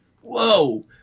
whoa